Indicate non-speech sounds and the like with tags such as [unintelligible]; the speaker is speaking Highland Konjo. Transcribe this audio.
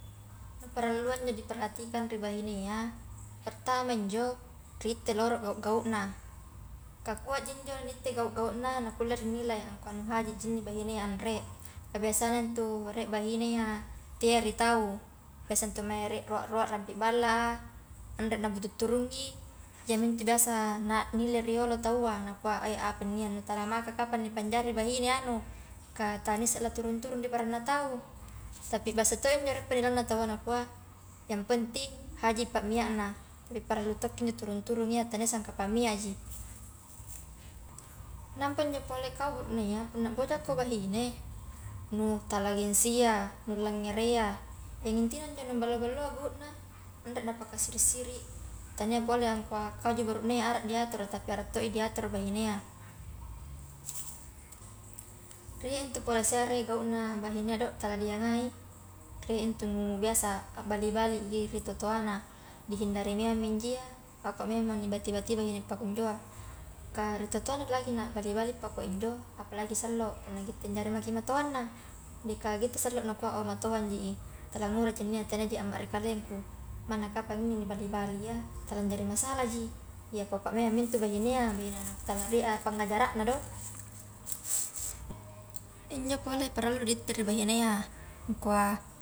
Parallua injo niperhatikan ri bahinea perta injo ritte rolo gau-gauna, ka kua ji njo nitte gau-gauna na kulle ri nilai angkua haji ji inni bahinea anre. ka biasana ntu rie bahine iya tea ri tau, biasa ntu mae rie roa-roa rampi balla a, anre nabutu nturungi, iyamintu biasa na nilai riolo taua, nakua ai appanne iye nu tala maka kapang nipanjari bahine anu ka tala nisse la turung-turung diparanna tau, tapi biasa to injo rie penilainna taua nakua yang penting haji pammia na tapi parallu tokki injo turung-turung iya tania sangka pamia ji, nampa injo pole kau burunea punna bojako bahine n tala gensia, nu langereyya, yang intina injo nu ballo-balloa buhuna nre napakassiri-siri, tania pole angkua kauji burune ara di atoro tapi arra toi diatoro bainea, rie ntu pole serre gauna bahinea do tala diangai, rie ntu nu biasa abbali-bali i ri totoana dihindari memangmi injo iya, ako memangmo nibati-bati bahine pakunjoa kah [unintelligible] na bali-bali paku injo apalagi sallo punna punnagitte jari mai matoanna, de ka gitte sallo nakua oh matoang ji i, tala nguraji njo iya taniaji amma ri kalengku, manna kapang inni nibali-balija tala njari masalahji, iya pakoa mo ntu bahinea, bahinea na tala riea pangajarana do injo pole parallu di itte ri bahinea ngkua.